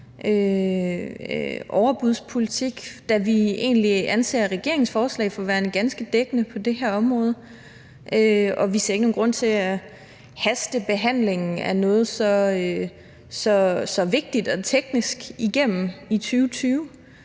overbudspolitik, da vi egentlig anser regeringens forslag for at være ganske dækkende på det her område, og vi ser ikke nogen grund til at haste behandlingen af noget så vigtigt og teknisk igennem i 2020.